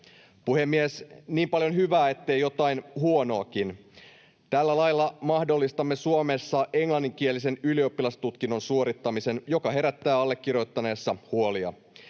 Puhemies! Niin paljon hyvää, ettei jotain huonoakin. Tällä lailla mahdollistamme Suomessa englanninkielisen ylioppilastutkinnon suorittamisen, joka herättää allekirjoittaneessa huolia.